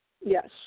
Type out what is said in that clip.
Yes